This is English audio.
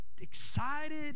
excited